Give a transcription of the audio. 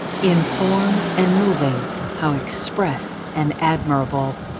in form and moving how express and admirable!